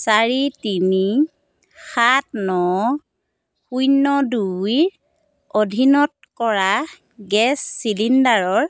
চাৰি তিনি সাত ন শূন্য দুইৰ অধীনত কৰা গেছ চিলিণ্ডাৰৰ